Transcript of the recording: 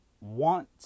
want